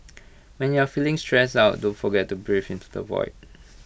when you are feeling stressed out don't forget to breathe into the void